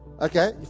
Okay